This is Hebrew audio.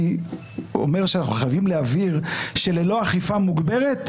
אנחנו חייבים להבהיר שללא אכיפה מוגברת,